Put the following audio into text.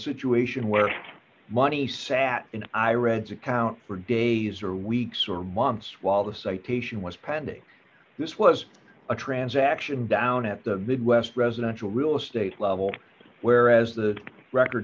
situation where money sat in i read to account for days or weeks or months while the citation was pending this was a transaction down at the midwest residential real estate level where as the record